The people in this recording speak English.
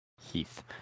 Heath